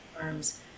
firms